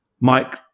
Mike